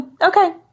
Okay